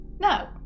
No